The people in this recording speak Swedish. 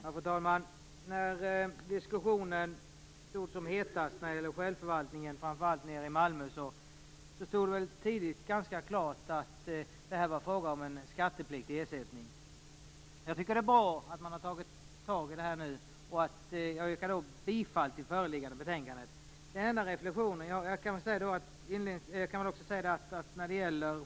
Fru talman! När diskussionen om självförvaltning stod som hetast framför allt nere i Malmö stod det tidigt ganska klart att det var fråga om en skattepliktig ersättning. Jag tycker att det är bra att man har tagit tag i detta nu. Jag yrkar bifall till hemställan i föreliggande betänkande.